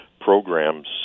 programs